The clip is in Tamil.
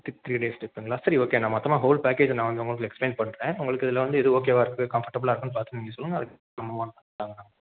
தி த்ரீ டேஸ் ட்ரிப்புங்களா சரி ஓகே நான் மொத்தமாக ஹோல் பேக்கேஜி நான் வந்து உங்களுக்கு எக்ஸ்ப்ளைன் பண்ணுறேன் உங்களுக்கு இதில் வந்து எது ஓகேவாக இருக்குது கம்ஃபர்டபிளாக இருக்குதுன்னு பார்த்து நீங்கள் சொல்லுங்கள் அதுக்கு